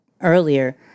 earlier